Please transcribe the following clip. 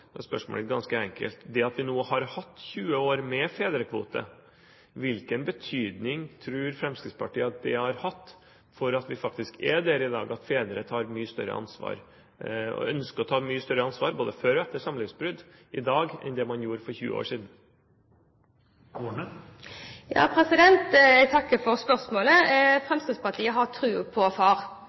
spørsmålet ganske enkelt: Det at vi nå har hatt 20 år med fedrekvote, hvilken betydning tror Fremskrittspartiet det har hatt for at vi er der i dag, at fedre tar mye større ansvar – og ønsker å ta mye større ansvar både før og etter samlivsbrudd – i dag enn det man gjorde for 20 år siden? Jeg takker for spørsmålet. Fremskrittspartiet har troen på far,